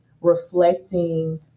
reflecting